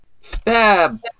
Stab